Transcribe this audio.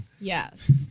Yes